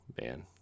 man